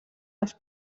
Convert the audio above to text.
les